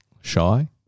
shy